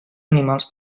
animals